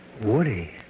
Woody